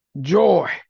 joy